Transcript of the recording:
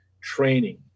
training